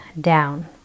down